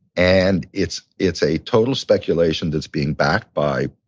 and it's it's a total speculation that's being backed by,